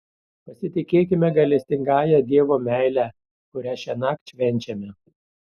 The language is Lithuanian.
pasitikėkime gailestingąja dievo meile kurią šiąnakt švenčiame